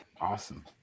awesome